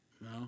No